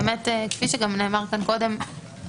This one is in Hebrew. כפי שגם נאמר כאן קודם,